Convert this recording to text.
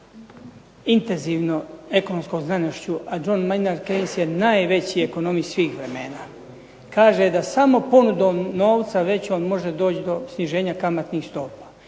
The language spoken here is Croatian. intenzivno ekonomskom znanošću, a John Maynard Keynes je najveći ekonomist svih vremena kaže da samo ponudom novca većom može doći do sniženja kamatnih stopa.